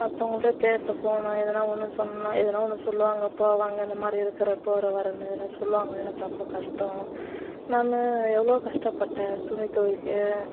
மற்றவங்கள்ட்ட பேச போனால் எதுனா ஒன்று சொன்னால் எதுனா ஒன்று சொல்லுவாங்க போவாங்க இதுமாதிரி இருக்கிறப்போ போறேவரேனு எதுனா சொல்லுவாங்கன்னு ரொம்ப கஷ்டம் நான் எவ்வளோ கஷ்டப்பட்டேன் துணி துவைக்க